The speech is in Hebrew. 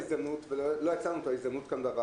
ההיענות של ההורים היא מאוד נמוכה,